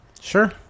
sure